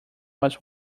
was